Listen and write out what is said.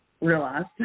realized